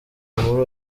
muri